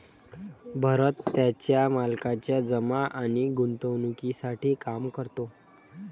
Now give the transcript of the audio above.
भरत त्याच्या मालकाच्या जमा आणि गुंतवणूकीसाठी काम करतो